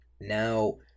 Now